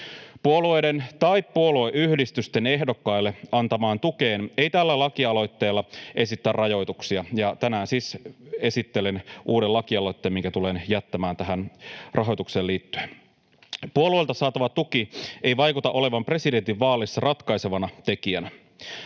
Puolueiden tai puolueyhdistysten ehdokkaille antamaan tukeen ei tällä lakialoitteella esitetä rajoituksia, ja tänään siis esittelen uuden lakialoitteen, minkä tulen jättämään tähän rahoitukseen liittyen. Puolueelta saatava tuki ei vaikuta olevan presidentinvaaleissa ratkaisevana tekijänä.